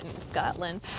Scotland